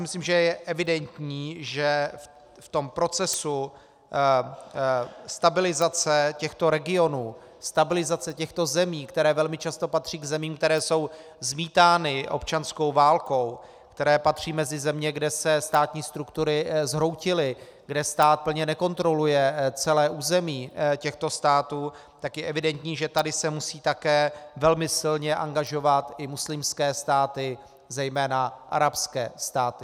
Myslím si, že je evidentní, že v procesu stabilizace těchto regionů, stabilizace těchto zemí, které velmi často patří k zemím, které jsou zmítány občanskou válkou, které patří mezi země, kde se státní struktury zhroutily, kde stát plně nekontroluje celé území těchto států, je evidentní, že tady se musí také velmi silně angažovat i muslimské státy, zejména arabské státy.